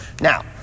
Now